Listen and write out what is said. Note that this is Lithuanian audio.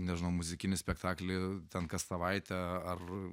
nežinau muzikinį spektaklį ten kas savaitę ar